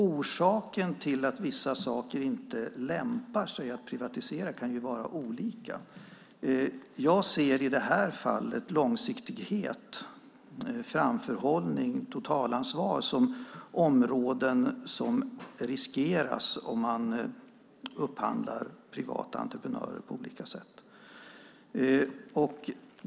Orsakerna till att vissa saker inte lämpar sig att privatisera kan vara olika. Jag ser i detta fall långsiktighet, framförhållning och totalansvar som områden som riskeras om man gör upphandlingar av privata entreprenörer på olika sätt.